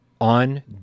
on